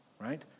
right